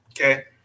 Okay